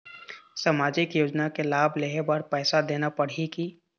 सामाजिक योजना के लाभ लेहे बर पैसा देना पड़ही की?